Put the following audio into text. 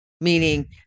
meaning